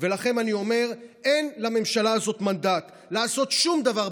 ולכן אני אומר: אין לממשלה הזאת מנדט לעשות שום דבר,